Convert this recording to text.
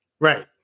Right